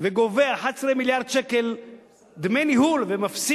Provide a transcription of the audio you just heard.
וגובה 11 מיליארד שקל דמי ניהול ומביא